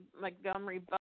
Montgomery